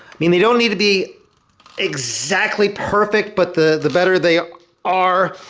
i mean they don't need to be exactly perfect but the the better they are,